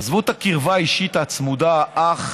עזבו את הקרבה האישית הצמודה, אח,